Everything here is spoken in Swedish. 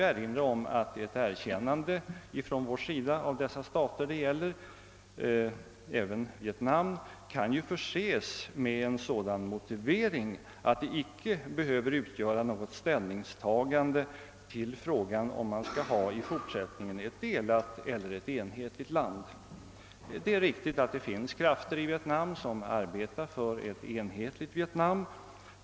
Ett erkännande av dessa stater — även Vietnam — kan ju förses med en motivering som visar att det inte är något ställningstagande i frågan huruvida det i fortsättningen bör vara ett delat eller ett enhetligt land. Det är riktigt att det finns krafter i Vietnam som arbetar för ett enhetligt Vietnam.